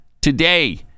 today